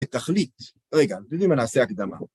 תכלית. רגע, אתם יודעים מה, נעשה הקדמה.